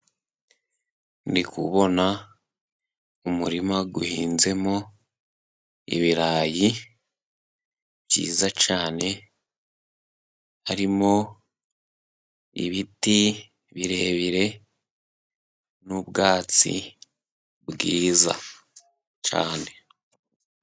Ndi kubona umurima uhinzemo ibirayi byiza cyane, harimo ibiti birebire, n'ubwatsi bwiza cyane.